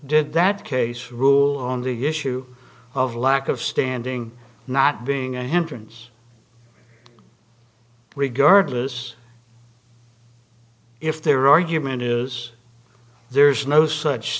did that case rule on the issue of lack of standing not being a hindrance regardless if their argument is there's no such